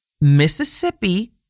Mississippi